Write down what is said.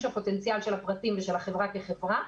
הפוטנציאל של הפרטים ושל החברה כחברה,